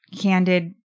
candid